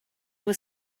was